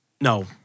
No